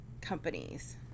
companies